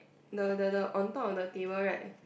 the the the on top of the table right